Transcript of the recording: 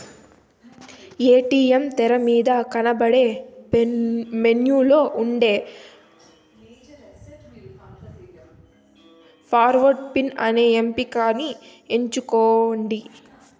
ATM తెరమీద కనబడే మెనూలో ఉండే ఫర్గొట్ పిన్ అనే ఎంపికని ఎంచుకోండి